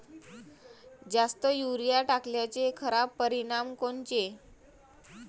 जास्त युरीया टाकल्याचे खराब परिनाम कोनचे?